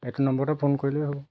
এইটো নম্বৰতে ফোন কৰিলেই হ'ল